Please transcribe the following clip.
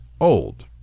old